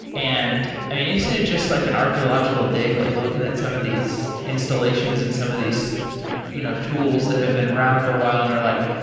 and isn't it just like an archaeological dig? like looking at some of these installations and some of these you know tools that have been around for a while and you're like,